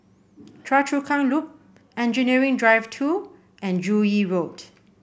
Choa Chu Kang Loop Engineering Drive Two and Joo Yee Road